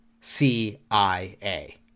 CIA